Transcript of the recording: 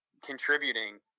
Contributing